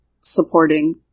supporting